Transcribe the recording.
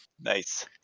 Nice